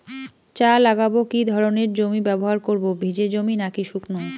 চা লাগাবো কি ধরনের জমি ব্যবহার করব ভিজে জমি নাকি শুকনো?